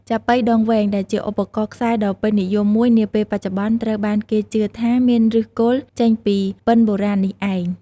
ចាប៉ីដងវែង ដែលជាឧបករណ៍ខ្សែដ៏ពេញនិយមមួយនាពេលបច្ចុប្បន្ន ត្រូវបានគេជឿថាមានឫសគល់ចេញពីពិណបុរាណនេះឯង។